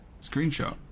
Screenshot